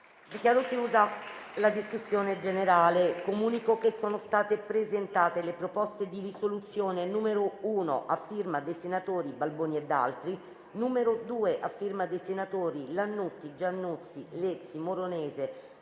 Dichiaro chiusa la discussione. Comunico che sono state presentate le proposte di risoluzione n. 1, dal senatore Balboni e da altri senatori, n. 2, dai senatori Lannutti, Giannuzzi, Lezzi, Moronese,